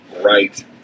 right